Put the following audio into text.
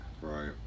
right